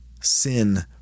sin